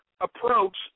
approach